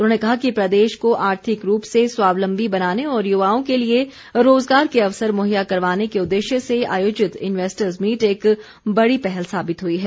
उन्होंने कहा कि प्रदेश को आर्थिक रूप से स्वावलम्बी बनाने और युवाओं के लिए रोजगार के अवसर मुहैया करवाने के उद्देश्य से आयोजित इन्वेस्टर्स मीट एक बड़ी पहल साबित हुई है